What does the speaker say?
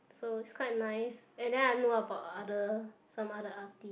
so it's quite nice and then I know about other some other artist